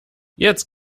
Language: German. jetzt